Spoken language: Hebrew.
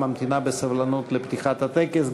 ממתינה בסבלנות לפתיחת הטקס,